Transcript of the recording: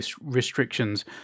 restrictions